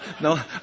No